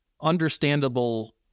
understandable